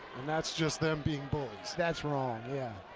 and that's just them being bullies. that's wrong, yeah.